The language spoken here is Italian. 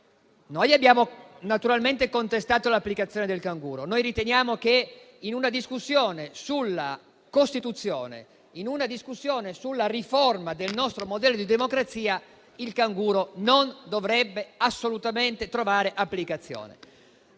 Abbiamo naturalmente contestato l'applicazione del canguro. Noi riteniamo che, in una discussione sulla Costituzione, in una discussione sulla riforma del nostro modello di democrazia, il canguro non dovrebbe assolutamente trovare applicazione.